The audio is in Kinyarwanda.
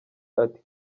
ati